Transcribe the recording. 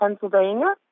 Pennsylvania